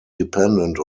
dependent